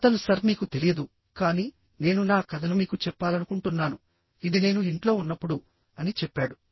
అతను సర్ మీకు తెలియదు కానీ నేను నా కథను మీకు చెప్పాలనుకుంటున్నాను ఇది నేను ఇంట్లో ఉన్నప్పుడు అని చెప్పాడు